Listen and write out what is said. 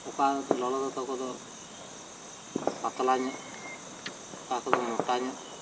ᱚᱠᱟ ᱞᱚᱞᱚ ᱫᱚᱛᱚ ᱠᱚ ᱫᱚ ᱯᱟᱛᱞᱟ ᱧᱚᱜ ᱚᱠᱟ ᱠᱚ ᱫᱚ ᱢᱚᱴᱟ ᱧᱚᱜ